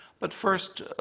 but first,